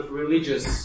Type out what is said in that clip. religious